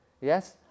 Yes